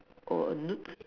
or a